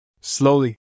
Slowly